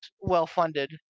well-funded